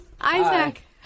Isaac